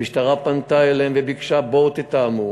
המשטרה פנתה אליהם וביקשה: בואו תתאמו.